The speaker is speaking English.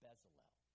Bezalel